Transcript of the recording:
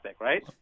right